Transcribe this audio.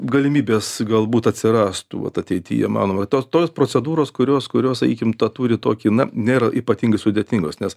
galimybės galbūt atsirastų vat ateityje mano va tos tos procedūros kurios kurios sakykim tą turi tokį na nėra ypatingai sudėtingos nes